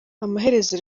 amaherezo